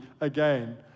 again